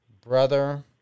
brother